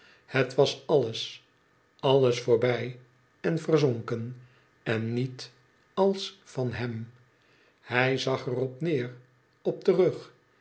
het was alles ahes voorbij en verzonken en niet als van hem hij zag er op neer op terug